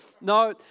No